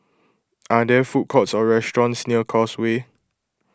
are there food courts or restaurants near Causeway